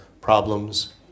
problems